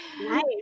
Nice